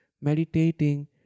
meditating